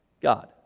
God